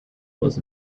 was